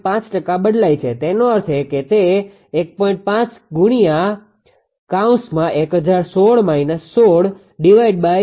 5 ટકા બદલાય છે તેનો અર્થ એ કે તે થશે